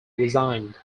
resigned